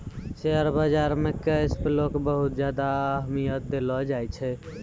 share बाजार मे cash flow के बहुत ज्यादा अहमियत देलो जाए छै